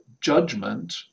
judgment